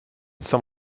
some